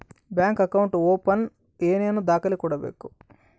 Bank account open ಏನೇನು ದಾಖಲೆ ಕೊಡಬೇಕು?